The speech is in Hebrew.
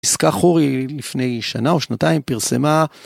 יסכה חורי לפני שנה או שנתיים פרסמה.